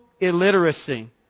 illiteracy